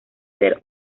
ser